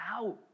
out